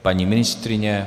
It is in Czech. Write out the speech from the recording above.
Paní ministryně?